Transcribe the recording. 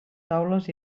taules